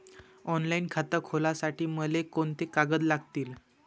Online खातं खोलासाठी मले कोंते कागद लागतील?